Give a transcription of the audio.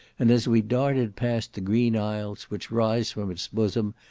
and as we darted past the green isles which rise from its bosom,